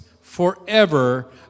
forever